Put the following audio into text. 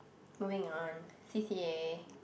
moving on C_C_A